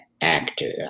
actor